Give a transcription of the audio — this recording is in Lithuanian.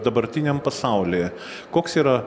dabartiniam pasaulyje koks yra